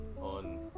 on